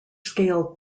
scale